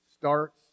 starts